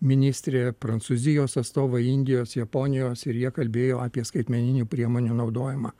ministrė prancūzijos atstovai indijos japonijos ir jie kalbėjo apie skaitmeninių priemonių naudojimą